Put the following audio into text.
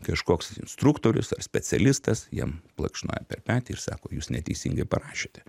kažkoks instruktorius ar specialistas jam plekšnoja per petį ir sako jūs neteisingai parašėte